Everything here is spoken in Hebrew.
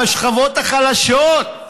בשכבות החלשות.